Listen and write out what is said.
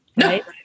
right